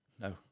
No